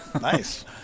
nice